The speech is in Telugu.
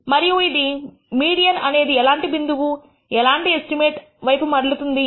మరియు ఇది ఇది మీడియన్ అనేది ఎలాంటి బిందువు ఎలాంటి ఎస్టిమేట్ అనే వైపు మళ్లుతుంది